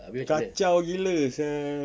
kacau gila [sial]